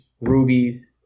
rubies